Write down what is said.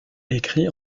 écrit